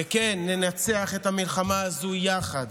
וכן, ננצח את המלחמה הזו יחד.